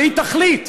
והיא תחליט,